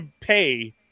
pay